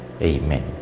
Amen